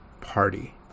Party